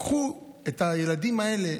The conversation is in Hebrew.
קחו את הילדים האלה,